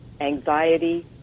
anxiety